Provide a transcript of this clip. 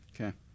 Okay